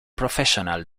professional